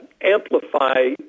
amplify